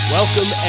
Welcome